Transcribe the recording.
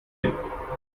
hin